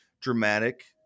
dramatic